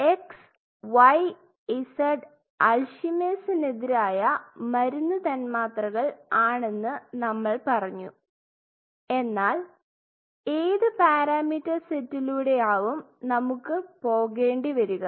x y z അൽഷിമേഴ്സിനെതിരായ Alzheimer's മരുന്ന് തന്മാത്രകൾ ആണെന്ന് നമ്മൾ പറഞ്ഞു എന്നാൽ ഏത് പാരാമീറ്റർ സെറ്റിലൂടെ ആവും നമുക്ക് പോകേണ്ടി വരുക